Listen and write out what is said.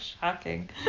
shocking